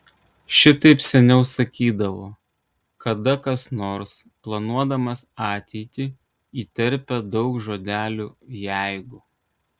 šitaip seniau sakydavo kada kas nors planuodamas ateitį įterpia daug žodelių jeigu